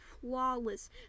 flawless